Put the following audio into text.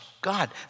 God